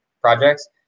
projects